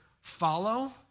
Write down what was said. follow